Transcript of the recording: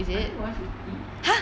I think one fifty